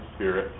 Spirit